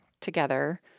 together